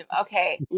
Okay